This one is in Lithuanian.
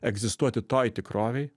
egzistuoti toj tikrovėj